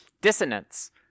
dissonance